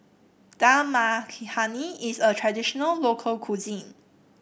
Dal Makhani is a traditional local cuisine